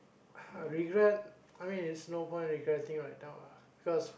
uh regret I mean is no point regretting right now ah because